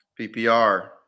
PPR